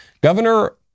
Governor